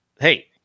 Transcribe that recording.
hey